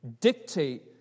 dictate